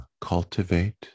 cultivate